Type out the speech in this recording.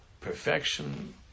Perfection